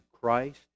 Christ